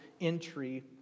entry